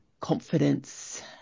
confidence